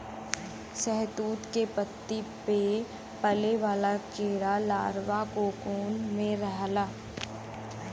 शहतूत के पत्ती पे पले वाला कीड़ा लार्वा कोकून में रहला